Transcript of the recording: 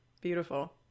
Beautiful